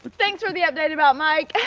thanks for the update about mike.